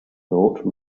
thought